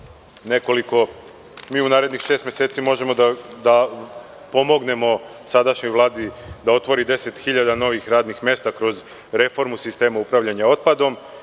da u narednih šest meseci možemo da pomognemo sadašnjoj Vladi da otvori 10 hiljada novih radnih mesta kroz reformu sistema upravljanja otpadom,